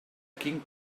quin